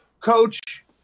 Coach